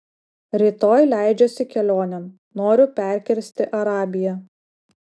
rytoj leidžiuosi kelionėn noriu perkirsti arabiją